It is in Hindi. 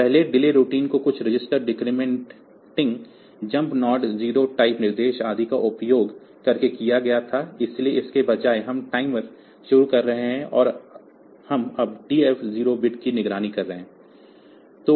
तो पहले डिले रूटीन को कुछ register decrementing jump not zero type निर्देश आदि का उपयोग करके किया गया था इसलिए इसके बजाय हम टाइमर शुरू कर रहे हैं और हम अब TF0 बिट की निगरानी कर रहे हैं